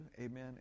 Amen